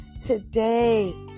Today